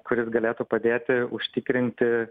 kuris galėtų padėti užtikrinti